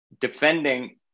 defending